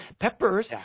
Peppers